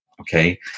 Okay